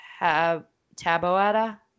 Taboada